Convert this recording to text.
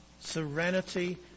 Serenity